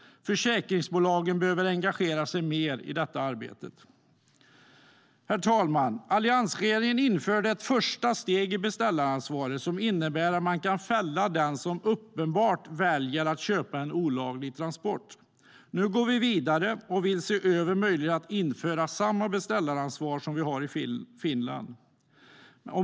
Försäkringsbolagen behöver också engagera sig mer i det här arbetet. Herr talman! Alliansregeringen införde ett första steg i beställaransvar som innebär att man kan fälla den som uppenbarligen väljer att köpa en olaglig transport. Nu går vi vidare och vill se över möjligheten att införa samma beställaransvar som i Finland.